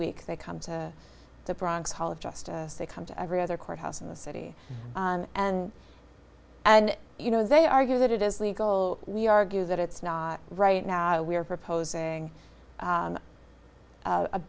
week they come to the bronx hall of justice they come to every other courthouse in the city and and you know they argue that it is legal we argue that it's not right now we are proposing